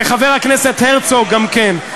וחבר הכנסת הרצוג גם כן,